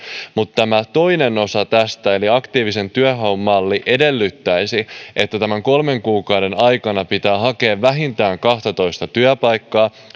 mutta toinen osa tästä eli aktiivisen työnhaun malli edellyttäisi että kolmen kuukauden aikana pitää hakea vähintään kahtatoista työpaikkaa siellä on